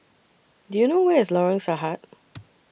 Do YOU know Where IS Lorong Sahad